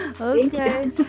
Okay